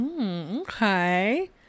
Okay